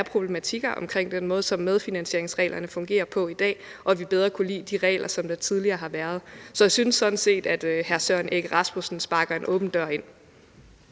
problematikker i den måde, som medfinansieringsreglerne fungerer på i dag, og at jeg sagde, at vi bedre kunne lide de regler, der var tidligere. Så jeg synes sådan set, at hr. Søren Egge Rasmussen sparker en åben dør ind.